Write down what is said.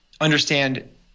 understand